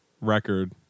record